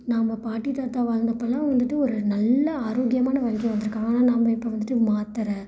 நம்ம பாட்டி தாத்தா வாழ்ந்தப்போல்லாம் வந்துவிட்டு ஒரு நல்ல ஆரோக்கியமான வாழ்க்கை வாழ்ந்திருக்காங்க ஆனால் நாம் இப்போ வந்துவிட்டு மாத்திர